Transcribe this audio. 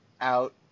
out